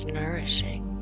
nourishing